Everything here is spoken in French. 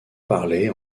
parler